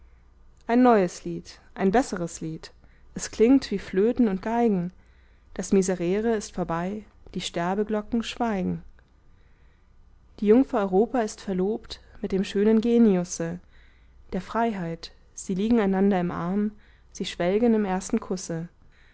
ein neues lied ein besseres lied es klingt wie flöten und geigen das miserere ist vorbei die sterbeglocken schweigen die jungfer europa ist verlobt mit dem schönen geniusse der freiheit sie liegen einander im arm sie schwelgen im ersten kusse